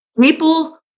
people